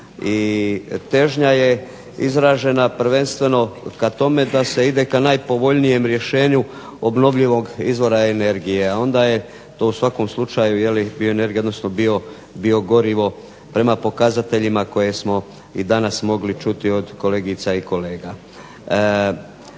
i težnja je izražena prvenstveno ka tome da se ide ka najpovoljnijem rješenju obnovljivog izvora energije, a onda je to u svakom slučaju je li bioenergija, odnosno biogorivo prema pokazateljima koje smo i danas mogli čuti od kolegica i kolega.